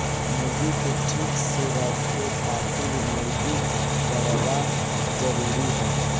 मुर्गीन के ठीक से रखे खातिर मुर्गी दरबा जरूरी हअ